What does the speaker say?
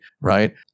right